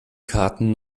karten